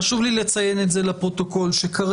חשוב לי לציין את זה לפרוטוקול שכרגע,